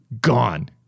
Gone